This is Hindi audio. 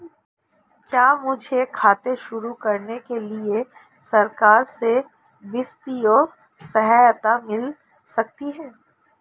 क्या मुझे खेती शुरू करने के लिए सरकार से वित्तीय सहायता मिल सकती है?